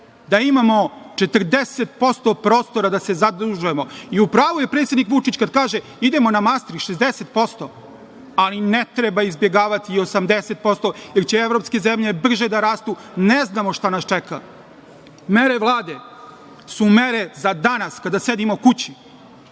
da imamo 40% prostora da se zadužujemo i u pravu je predsednik Vučić kad kaže, idemo na … 60%, ali ne treba izbegavati 80% jer će evropske zemlje brže da rastu. Ne znamo šta nas čeka. Mere Vlade su mere za danas kada sedimo kući.